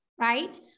right